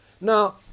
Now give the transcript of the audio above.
now